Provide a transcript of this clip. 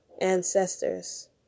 ancestors